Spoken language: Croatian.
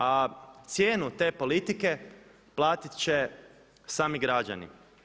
A cijenu te politike platiti će sami građani.